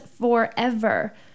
forever